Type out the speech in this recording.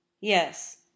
yes